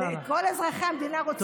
כל אזרחי המדינה רוצים לשמוע את מוצא פיך.